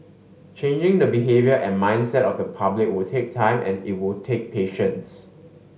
changing the behaviour and mindset of the public will take time and it will take patience